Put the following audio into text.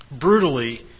brutally